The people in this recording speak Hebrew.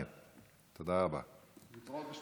02:00. (הישיבה נפסקה בשעה 23:45 ונתחדשה